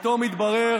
פתאום יתברר